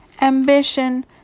Ambition